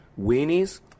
Weenies